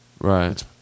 Right